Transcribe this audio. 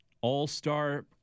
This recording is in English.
all-star